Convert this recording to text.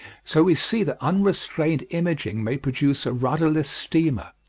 so we see that unrestrained imaging may produce a rudderless steamer,